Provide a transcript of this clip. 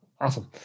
Awesome